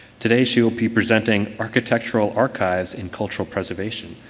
today, she will be presenting architectural archives in cultural preservation.